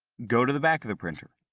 go to the back of the printer.